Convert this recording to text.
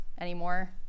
anymore